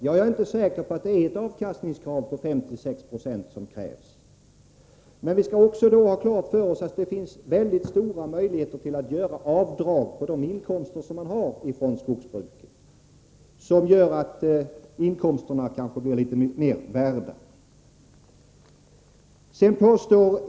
Jag är inte säker på att det krävs en avkastning på 5-6 96 för att täcka dessa s.k. pålagor. Vi skall också ha klart för oss att det finns mycket stora möjligheter att göra avdrag på de inkomster som man har från skogsbruket, vilket gör att inkomsterna kanske blir litet mer värda.